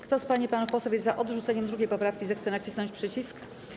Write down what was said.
Kto z pań i panów posłów jest za odrzuceniem 2. poprawki, zechce nacisnąć przycisk.